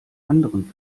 anderen